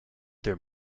there